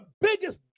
biggest